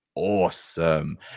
Awesome